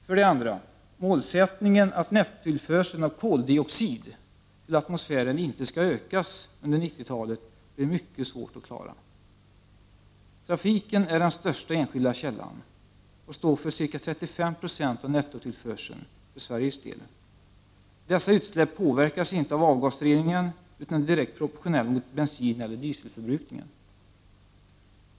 För det andra: Målsättningen att nettotillförseln av koldioxid till atmosfären inte skall ökas under 90-talet blir mycket svår att «lara. Trafiken är den största enskilda källan och står för ca 35 20 av nettotillförseln för Sveriges del. Dessa utsläpp påverkas inte av avgasreningen, utan är direkt proportionella mot bensineller dieselförbrukningen.